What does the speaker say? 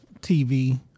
TV